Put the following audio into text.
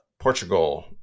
Portugal